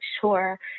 sure